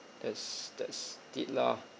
that's that's it lah